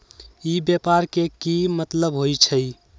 ई व्यापार के की मतलब होई छई?